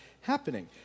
happening